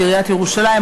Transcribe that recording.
עיריית ירושלים,